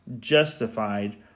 justified